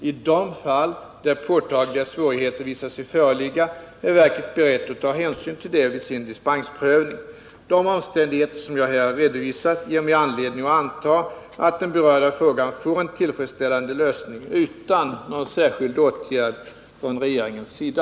I de fall där påtagliga svårigheter visar sig föreligga är verket berett att ta hänsyn till detta vid sin dispensprövning. De omständigheter som jag har redovisat här ger mig anledning att anta att den berörda frågan får en tillfredsställande lösning utan någon särskild åtgärd från regeringens sida.